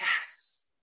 Yes